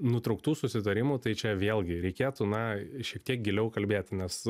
nutrūktų susitarimų tai čia vėlgi reikėtų na šiek tiek giliau kalbėti nes